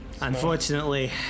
Unfortunately